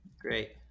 great